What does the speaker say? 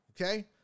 Okay